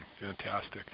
Fantastic